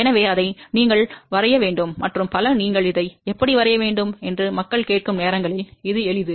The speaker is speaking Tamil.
எனவே அதை நீங்களே வரைய வேண்டும் மற்றும் பல a நீங்கள் இதை எப்படி வரைய வேண்டும் என்று மக்கள் கேட்கும் நேரங்களில் இது எளிது